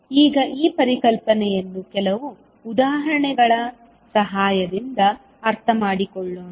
ಈಗ ಈ ಪರಿಕಲ್ಪನೆಯನ್ನು ಕೆಲವು ಉದಾಹರಣೆಗಳ ಸಹಾಯದಿಂದ ಅರ್ಥ ಮಾಡಿಕೊಳ್ಳೋಣ